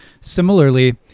Similarly